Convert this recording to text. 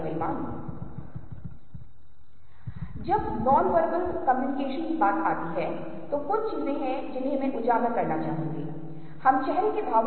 आइए हम इस अन्वेषण को थोड़ा और आगे ले जाएं ऐसा क्यों होता है क्योंकि हम मानते हैं कि यह क्षेत्र छाया में है और इस मामले में यह क्षेत्र छाया में है ये हमारी धारणाएं हैं